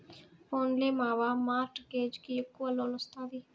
పోన్లే మావా, mortgage కి ఎక్కవ లోన్ ఒస్తాది